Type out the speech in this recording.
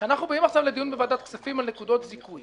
באים עכשיו לדיון בוועדת כספים על נקודות זיכוי